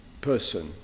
person